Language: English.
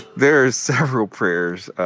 there's several prayers.